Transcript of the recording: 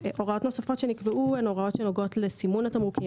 הוראות נוספות שנקבעו הן הוראות שנוגעות לסימון התמרוקים,